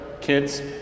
Kids